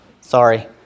sorry